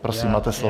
Prosím, máte slovo.